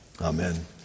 Amen